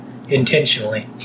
intentionally